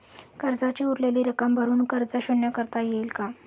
कर्जाची उरलेली रक्कम भरून कर्ज शून्य करता येईल का?